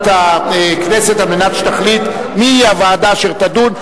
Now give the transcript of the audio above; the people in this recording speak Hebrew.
כדי שתחליט מהי הוועדה אשר תדון.